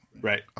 right